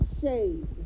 shade